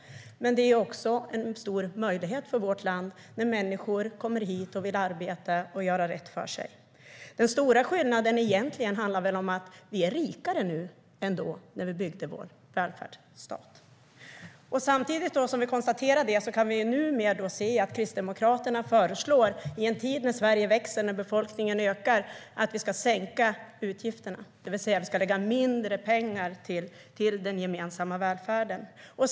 Men det är också en stor möjlighet för vårt land när människor kommer hit och vill arbeta och göra rätt för sig. Den stora skillnaden handlar nog egentligen om att vi är rikare nu än då vi byggde vår välfärdsstat. Samtidigt som vi konstaterar detta kan vi numera se att Kristdemokraterna, i en tid då Sverige växer och befolkningen ökar, föreslår att vi ska sänka utgifterna, det vill säga att vi ska lägga mindre pengar till den gemensamma välfärden.